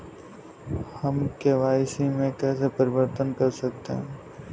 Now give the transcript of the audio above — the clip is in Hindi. हम के.वाई.सी में कैसे परिवर्तन कर सकते हैं?